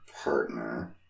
partner